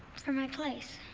for my place.